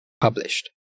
published